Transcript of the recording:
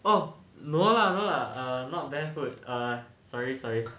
oh no lah no lah err not barefoot err sorry sorry